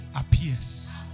appears